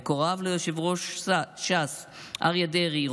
המקורב ליושב-ראש ש"ס אריה דרעי,